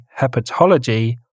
hepatology